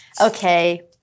okay